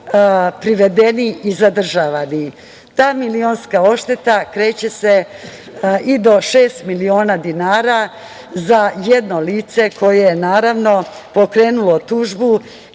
privedeni i zadržavani. Ta milionska odšteta kreće se i do šest miliona dinara za jedno lice koje je naravno pokrenulo tužbu